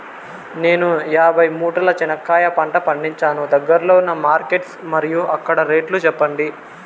నేను యాభై మూటల చెనక్కాయ పంట పండించాను దగ్గర్లో ఉన్న మార్కెట్స్ మరియు అక్కడ రేట్లు చెప్పండి?